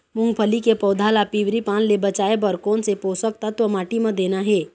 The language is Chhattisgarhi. मुंगफली के पौधा ला पिवरी पान ले बचाए बर कोन से पोषक तत्व माटी म देना हे?